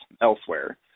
elsewhere